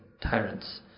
tyrants